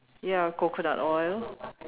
ya coconut oil